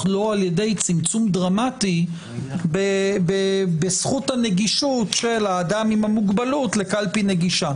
לא על-ידי צמצום דרמטי בזכות הנגישות של האדם עם מוגבלות לקלפי נגישה.